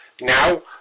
Now